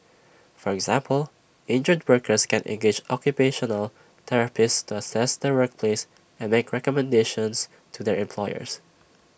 for example injured workers can engage occupational therapists to assess their workplace and make recommendations to their employers